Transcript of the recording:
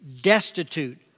destitute